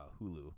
Hulu